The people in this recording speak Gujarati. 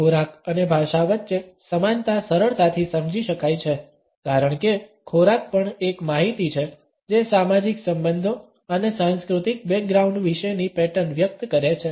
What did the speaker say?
ખોરાક અને ભાષા વચ્ચે સમાનતા સરળતાથી સમજી શકાય છે કારણ કે ખોરાક પણ એક માહિતી છે જે સામાજિક સંબંધો અને સાંસ્કૃતિક બેગ્રાઉંડ વિશેની પેટર્ન વ્યક્ત કરે છે